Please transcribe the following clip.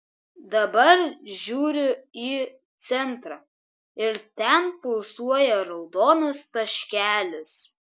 dabar žiūriu į centrą ir ten pulsuoja raudonas taškelis